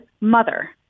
mother